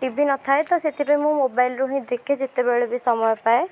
TV ନଥାଏ ତ ସେଥିପାଇଁ ମୁଁ ମୋବାଇଲ୍ରୁ ହିଁ ଦେଖେ ଯେତେବେଳେ ବି ସମୟ ପାଏ